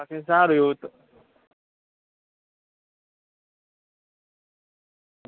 બાકી સારું એવું હોય તો